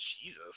Jesus